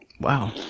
Wow